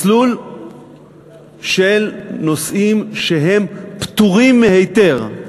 מסלול של נושאים שהם פטורים מהיתר.